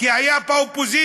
כי היה באופוזיציה,